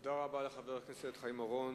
תודה רבה לחבר הכנסת חיים אורון,